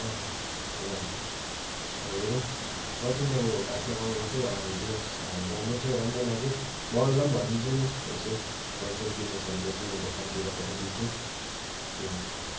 अँ ल ल अब हेरौँ ल तिमीलाई म बादमा कल गर्छु अब जे होस् राम्रै थियो राम्रै लाग्यो म अरूलाई पनि भनिदिन्छु नि यसो फोनसोन किन्ने छ भने म तिम्रो दोकानतिर पठाइदिन्छु ल